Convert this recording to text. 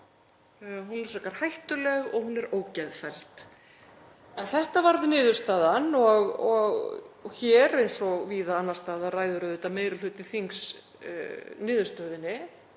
frekar hættuleg og hún er ógeðfelld. En þetta varð niðurstaðan. Hér eins og víða annars staðar ræður auðvitað meiri hluti þings niðurstöðunni